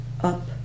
up